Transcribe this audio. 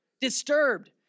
Disturbed